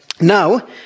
Now